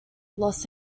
los